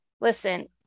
listen